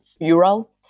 Ural